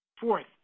Fourth